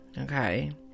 okay